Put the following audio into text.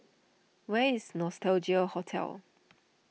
where is Nostalgia Hotel